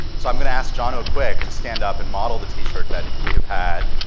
so i'm going to ask jon quick to stand up and model the t-shirt that we have had,